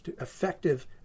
effective